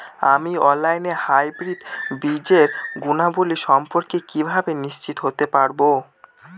আমি অনলাইনে হাইব্রিড বীজের গুণাবলী সম্পর্কে কিভাবে নিশ্চিত হতে পারব?